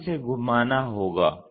अब इसे घुमाना होगा